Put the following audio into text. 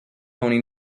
tony